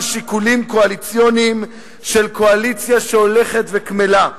שיקולים קואליציוניים של קואליציה שהולכת וקמלה.